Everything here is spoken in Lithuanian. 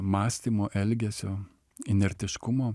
mąstymo elgesio inertiškumo